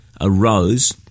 arose